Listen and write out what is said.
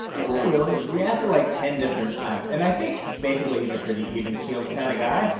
no, not really we asked it, like, ten different times. and i think, basically, he's a pretty even-keeled kind of guy.